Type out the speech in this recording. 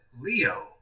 Leo